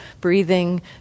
breathing